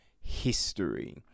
History